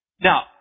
Now